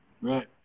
Right